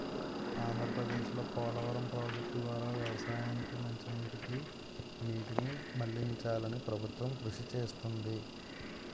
ఆంధ్రప్రదేశ్లో పోలవరం ప్రాజెక్టు ద్వారా వ్యవసాయానికి మంచినీటికి నీటిని మళ్ళించాలని ప్రభుత్వం కృషి చేస్తుంది